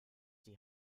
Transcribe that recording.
die